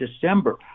December